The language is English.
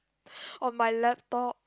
on my laptop